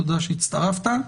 תודה שהצטרפת.